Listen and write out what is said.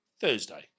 Thursday